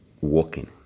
walking